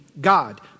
God